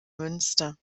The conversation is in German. münster